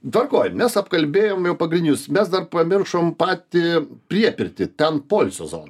dar ko ir mes apkalbėjom jau pagrindinius mes dar pamiršom patį priepirtį ten poilsio zoną